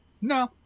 No